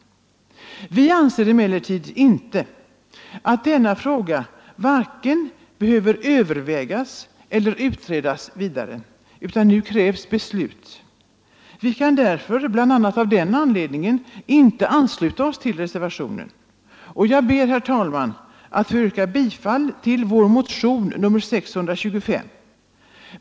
Vi anser emellertid att denna fråga varken behöver övervägas eller utredas vidare, utan nu krävs beslut. Vi kan bl.a. av den anledningen inte ansluta oss till reservationen. Jag ber, herr talman, att få yrka bifall till vår motion nr 625.